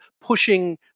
pushing